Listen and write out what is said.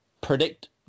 predict